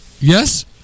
Yes